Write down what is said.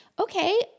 okay